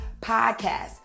podcast